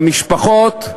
במשפחות,